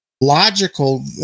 logical